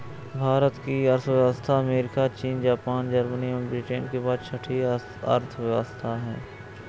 भारत की अर्थव्यवस्था अमेरिका, चीन, जापान, जर्मनी एवं ब्रिटेन के बाद छठी अर्थव्यवस्था है